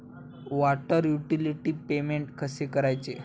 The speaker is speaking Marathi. वॉटर युटिलिटी पेमेंट कसे करायचे?